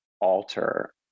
alter